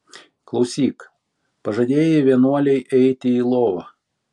klausyk pažadėjai vienuolei eiti į lovą